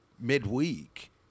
midweek